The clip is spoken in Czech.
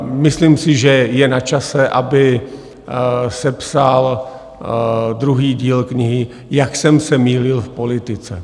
Myslím si, že je načase, aby sepsal druhý díl knihy Jak jsem se mýlil v politice.